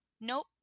nope